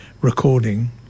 recording